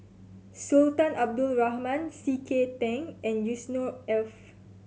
Sultan Abdul Rahman C K Tang and Yusnor Ef